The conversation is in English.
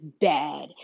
bad